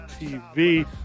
TV